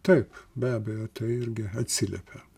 taip be abejo tai irgi atsiliepia